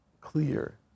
clear